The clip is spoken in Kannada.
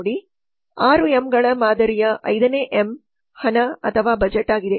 ನೇ ಎಂ ಹಣ ಅಥವಾ ಬಜೆಟ್ ಆಗಿದೆ